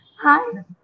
Hi